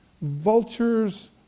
vultures